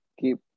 Keep